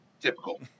Typical